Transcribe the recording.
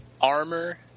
armor